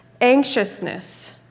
anxiousness